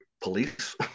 police